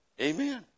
Amen